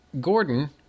Gordon